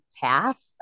path